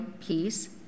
peace